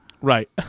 Right